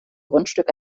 grundstück